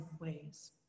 ways